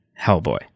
Hellboy